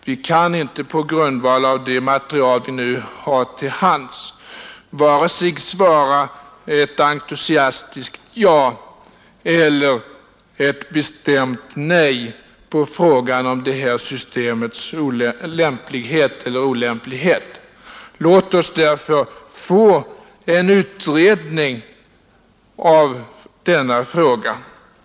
Vi kan inte på grundval av det material vi nu har till hands svara vare sig ett entusiastiskt ja eller ett bestämt nej på frågan om det här systemets lämplighet. Låt oss därför få en utredning av denna fråga.